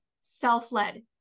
self-led